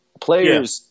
Players